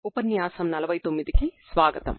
ఉపన్యాసం 50 కి స్వాగతం